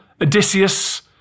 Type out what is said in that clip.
Odysseus